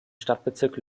stadtbezirk